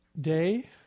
Day